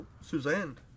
Suzanne